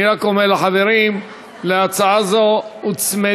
אני רק אומר לחברים: להצעה זו הוצמדו